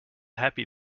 happy